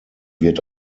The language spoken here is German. wird